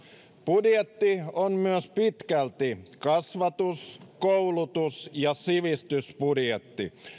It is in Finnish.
budjetti on pitkälti myös kasvatus koulutus ja sivistysbudjetti